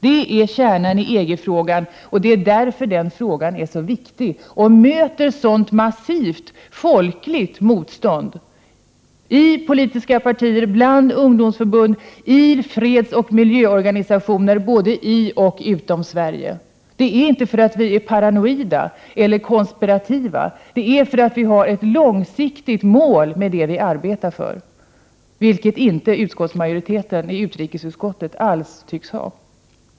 Det är det som är kärnan i EG-frågan och det är därför som denna fråga är så viktig och möter ett sådant massivt folkligt motstånd bl.a. inom politiska partier, bland ungdomsförbund, i fredsoch miljöorganisationer både inom och utom Sverige. Detta är inte för att vi är paranoida eller konspirativa, utan för att vi har ett långsiktigt mål med det som vi arbetar för, vilket majoriteten i utrikesutskottet inte alls tycks ha.